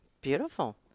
Beautiful